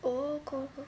oh cool cool